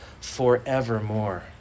forevermore